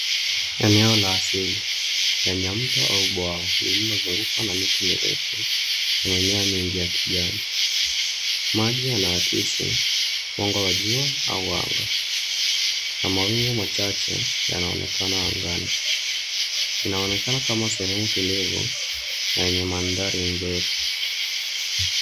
Eneo la asili lenye mto au bwawa lililozungukwa na miti mirefu mimea mingi ya kijani. Maji yanaakisi mwanga wa jua au anga na mawingu machache yanaonekana angani. Inaonekana kama sehemu tulivu na yenye mandhari nzuri.